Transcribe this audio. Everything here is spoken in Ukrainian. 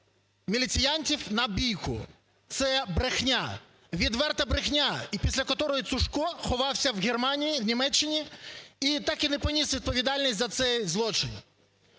міліціянтів на бійку. Це брехня, відверта брехня, і після якої Цушко ховався в Германії, в Німеччині, і так і не поніс відповідальність за цей злочин.